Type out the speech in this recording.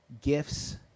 gifts